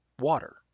water